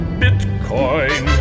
bitcoin